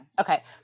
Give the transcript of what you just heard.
Okay